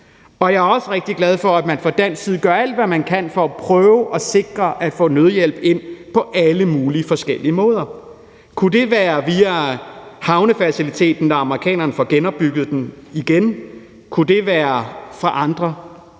Jeg er også rigtig glad for, at man fra dansk side gør alt, hvad man kan, for at prøve at sikre at få nødhjælp ind på alle mulige forskellige måder. Kunne det være via havnefaciliteten, når amerikanerne får genopbygget den igen, eller kunne det være på andre